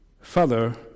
Father